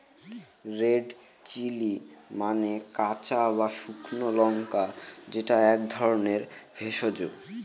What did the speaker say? red chilli মানে কাঁচা বা শুকনো লঙ্কা যেটা এক ধরনের ভেষজ